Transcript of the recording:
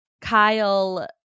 Kyle